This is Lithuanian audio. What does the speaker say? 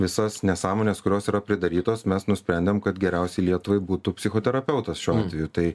visas nesąmones kurios yra pridarytos mes nusprendėm kad geriausia lietuvai būtų psichoterapeutas šiuo atveju tai